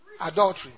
Adultery